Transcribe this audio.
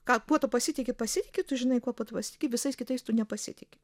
ką kuo tu pasitiki pasitiki tu žinai kuo pasitiki visais kitais tu nepasitiki